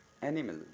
Animal